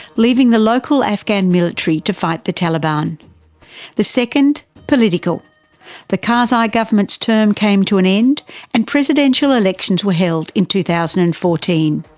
leaving the local afghan military to fight the taliban. and the second, political the karzai government's term came to an ended and presidential elections were held in two thousand and fourteen.